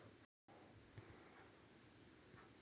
London मुद्रा बाजारात bank of इंग्लंडची म्हत्त्वापूर्ण भुमिका असा